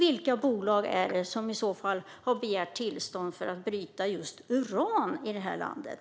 Vilka bolag är det som i så fall har begärt tillstånd för att bryta just uran i det här landet?